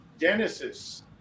Genesis